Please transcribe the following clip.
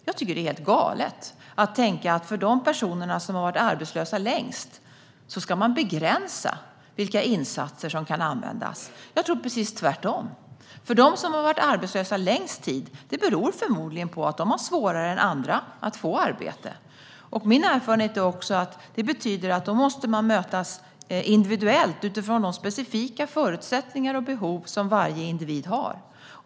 Jag tycker att det är helt galet att tänka att för de personer som har varit arbetslösa längst ska man begränsa de insatser som kan användas. Jag tror att man måste göra precis tvärtom. För dem som har varit arbetslösa längst tid beror detta förmodligen på att de har svårare än andra att få arbete. Min erfarenhet är att man då måste mötas individuellt utifrån de specifika förutsättningar och behov som varje individ har.